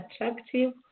attractive